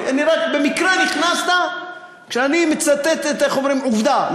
רק במקרה נכנסת כשאני מצטט, איך אומרים, עובדה.